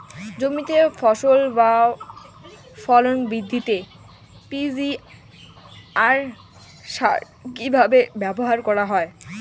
জমিতে ফসল বা ফলন বৃদ্ধিতে পি.জি.আর সার কীভাবে ব্যবহার করা হয়?